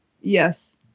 Yes